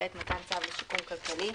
מתן צו לשיקום כלכלי,